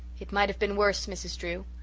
it might have been worse, mrs. drew.